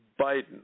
Biden